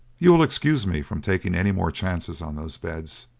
you will excuse me from taking any more chances on those beds.